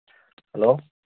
hello